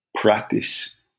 practice